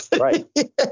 Right